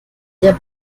der